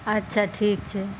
अच्छा ठीक छै